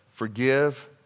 Forgive